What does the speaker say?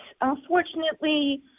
unfortunately